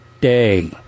day